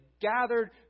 gathered